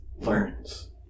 learns